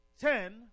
Ten